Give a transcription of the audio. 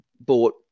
bought